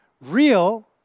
real